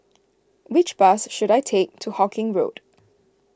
which bus should I take to Hawkinge Road